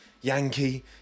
Yankee